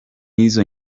izo